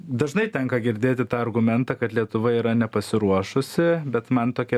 dažnai tenka girdėti tą argumentą kad lietuva yra nepasiruošusi bet man tokia